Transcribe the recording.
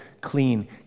clean